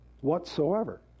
whatsoever